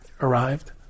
arrived